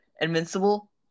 Invincible